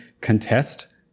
contest